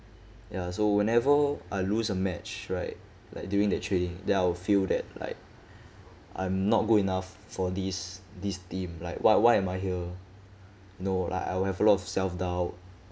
ya so whenever I lose a match right like during that training then I'll feel that like I'm not good enough for this this team like why why am I here you know like I have a lot of self doubt